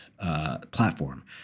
platform